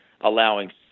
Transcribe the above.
allowing